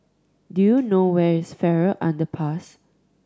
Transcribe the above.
do you know where is Farrer Underpass